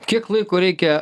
kiek laiko reikia